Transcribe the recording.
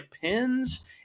pins